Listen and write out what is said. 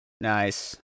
Nice